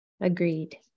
Agreed